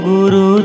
Guru